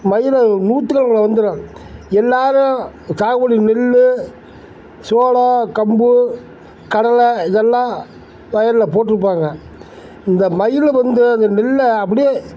மயில் நூற்று கணக்கில் வந்துடும் எல்லோரும் சாகுபடி நெல் சோளம் கம்பு கடலை இதெல்லாம் வயலில் போட்டுருப்பாங்க இந்த மயில் வந்து அந்த நெல்லை அப்படியே